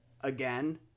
again